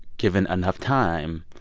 given enough time,